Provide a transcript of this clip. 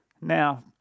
Now